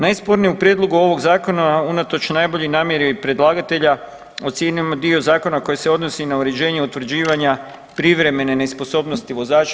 Najspornije u prijedlogu ovog zakona unatoč najboljoj namjeri predlagatelja ocjenjujemo dio zakona koji se odnos na uređenje utvrđivanja privremene nesposobnosti vozača.